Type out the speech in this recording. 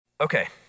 Okay